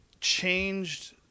changed